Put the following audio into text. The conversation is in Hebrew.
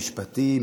משפטי,